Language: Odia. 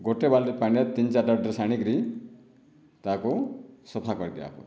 ଗୋଟିଏ ବାଲ୍ଟି ପାଣିରେ ତିନି ଚାରିଟା ଡ୍ରେସ ଆଣିକରି ତାକୁ ସଫା କରିଦିଆହୁଏ